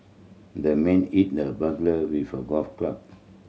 the man hit the burglar with a golf club